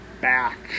back